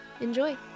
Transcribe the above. Enjoy